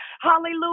Hallelujah